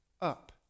up